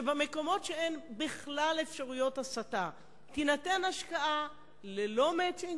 שבמקומות שבהם אין בכלל אפשרויות הסטה תינתן השקעה ללא "מצ'ינג",